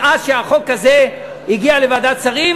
מאז שהחוק הזה הגיע לוועדת שרים,